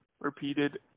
repeated